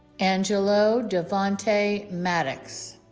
angelo davonte maddox